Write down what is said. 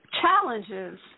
challenges